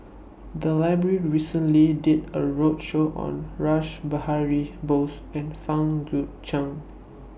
The Library recently did A roadshow on Rash Behari Bose and Fang Guixiang